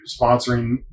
sponsoring